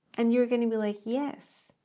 and you're going to be like, yes.